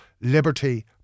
liberty